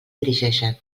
dirigeixen